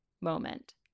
moment